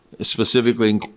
specifically